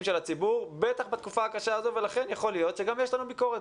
של הציבור בטח בתקופה הקשה הזאת ולכן יכול להיות שגם יש לנו ביקורת,